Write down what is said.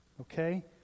Okay